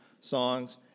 songs